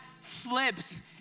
flips